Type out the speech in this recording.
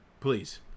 Please